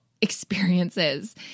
experiences